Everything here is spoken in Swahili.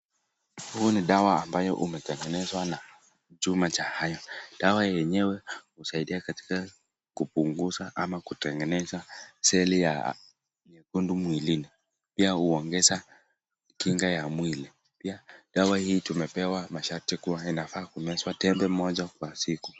Huu ni dawa ambayo umetengenezwa na chuma ya iron . Dawa yenyewe husaidia katika kupunguza au kutengeneza seli nyekundu mwilini. Pia huongeza kinga ya mwili. Dawa hii tumepewa masharti kuwa inafaa kumezwa tembe moja kwa siku.